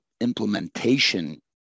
implementation